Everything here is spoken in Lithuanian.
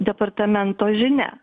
departamento žinia